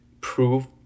prove